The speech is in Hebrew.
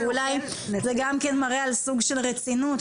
ואולי זה גם כן מראה על סוג של רצינות,